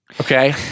Okay